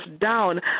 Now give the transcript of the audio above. down